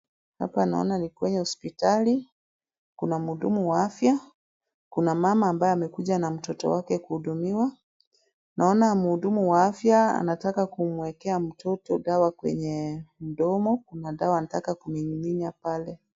Hapa naona ni kwenye hospitali, kuna muhudumu wa afya kuna mama ambaye amekuja na mtoto wake kuhudumiwa. Naona muhudumu wa afya anataka kumuwekea mtoto dawa kwenye mdomo, kuna dawa anataka kuminyaminya pale.